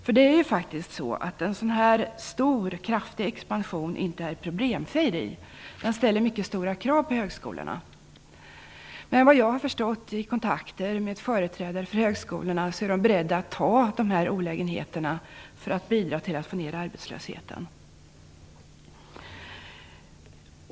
En så här kraftig expansion är naturligtvis inte problemfri; den ställer mycket stora krav på högskolorna. Men genom kontakter med företrädare för högskolorna har jag förstått att de är beredda att ta eventuella olägenheter för att bidra till att få ner arbetslösheten.